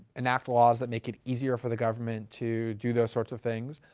enact laws that make it easier for the government to do those sorts of things.